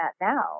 now